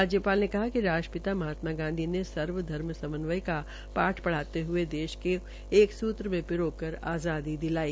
राज्य ाल ने कहा कि राष्ट्रपिता महात्मा गांधी ने सर्व धर्म समन्वय का शाठ श्रद्धाते हये देश के एक सूत्र में शिरोकर आज़ादी दिलाई